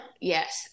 Yes